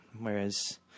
whereas